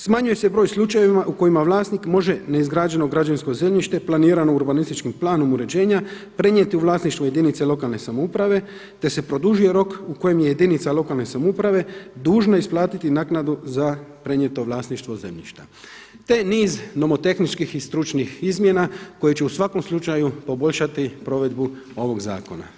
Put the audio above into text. Smanjuje se broj slučajeva u kojima vlasnik može neizgrađeno građevinsko zemljište planirano urbanističkim planom uređenja prenijeti u vlasništvo jedinice lokalne samouprave, da se produži rok u kojem je jedinica lokalne samouprave dužna isplatiti naknadu za prenijeto vlasništvo zemljišta, te niz nomotehničkih i stručnih izmjena koje će u svakom slučaju poboljšati provedbu ovog zakona.